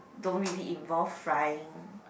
don't really involve frying